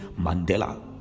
Mandela